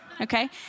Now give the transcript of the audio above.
Okay